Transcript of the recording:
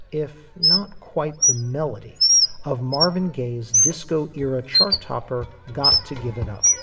if not quite the melody of marvin gaye's disco era chart topper. got to give it up